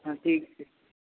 हँ ठीक छै